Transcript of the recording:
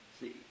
See